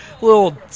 Little